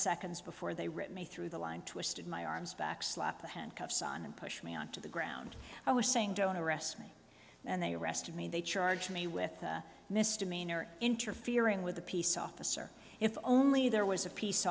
seconds before they written me through the line twisted my arms backslap the handcuffs on and push me on to the ground i was saying don't arrest me and they arrested me they charged me with misdemeanor interfering with a peace officer if only there was a peace